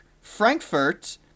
Frankfurt